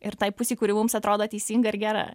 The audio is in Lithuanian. ir tai pusei kuri mums atrodo teisinga ir gera